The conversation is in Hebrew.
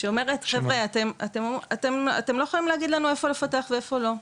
שאומרת אתם לא יכולים להגיד לנו איפה לפתח ואיפה לא,